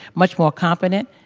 much more confident.